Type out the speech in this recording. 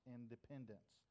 Independence